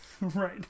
Right